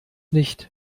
nicht